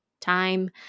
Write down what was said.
time